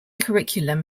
curriculum